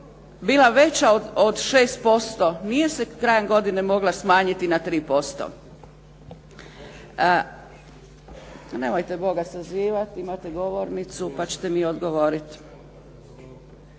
bila veća od 6%, nije se krajem godine mogla smanjiti na 3%. … /Upadica se ne čuje. Nemojte Boga zazivati, imate govornicu pa ćete mi odgovoriti.